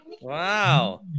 Wow